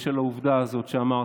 בשל העובדה הזאת שאמרתי,